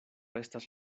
estas